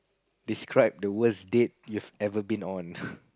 describe the worst date you've ever been on